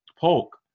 polk